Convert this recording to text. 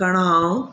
कणांव